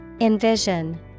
Envision